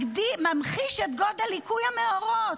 ממחיש את גודל ליקוי המאורות,